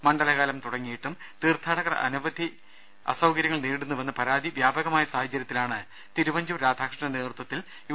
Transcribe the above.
മണ്ഡലകാലം തുടങ്ങി യിട്ടും തീർത്ഥാടകർ നിരവധി അസൌകര്യങ്ങൾ നേരിടുന്നുവെന്ന് പരാതി വ്യാപ കമായ സാഹചര്യത്തിലാണ് തിരുവഞ്ചൂർ രാധാകൃഷ്ണന്റെ നേതൃത്വത്തിൽ യു